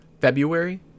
February